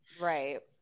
right